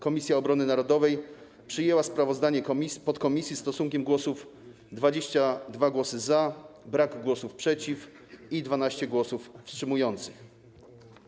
Komisja Obrony Narodowej przyjęła sprawozdanie podkomisji stosunkiem głosów: 22 głosy za, brak głosów przeciw i 12 głosów wstrzymujących się.